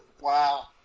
Wow